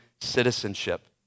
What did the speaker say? citizenship